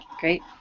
Great